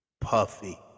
puffy